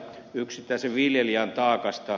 yksittäisen viljelijän taakasta